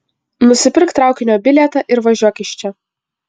nusipirk traukinio bilietą ir važiuok čia